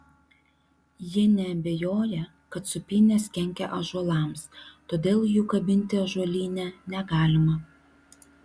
ji neabejoja kad sūpynės kenkia ąžuolams todėl jų kabinti ąžuolyne negalima